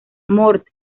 mort